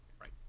Right